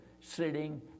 sitting